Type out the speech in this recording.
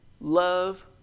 Love